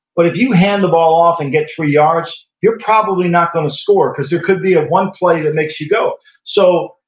but if you hand the ball off and get three yards you're probably not going to score because there could be one play that makes you go so,